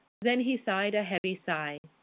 then he sighed a heavy sigh.